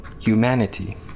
humanity